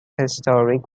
historic